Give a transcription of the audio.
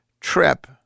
trip